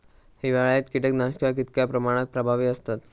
हिवाळ्यात कीटकनाशका कीतक्या प्रमाणात प्रभावी असतत?